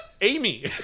Amy